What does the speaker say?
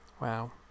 Wow